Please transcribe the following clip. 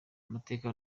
amateka